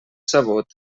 sabut